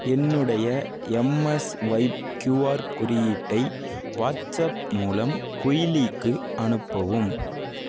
என்னுடைய mSwipe QR குறியீட்டை WhatsApp மூலம் குயிலிக்கு அனுப்பவும்